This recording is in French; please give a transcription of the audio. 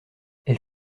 elle